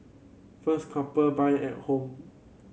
first couple buy at home